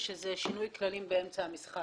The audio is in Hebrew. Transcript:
שזה שינוי כללים באמצע המשחק.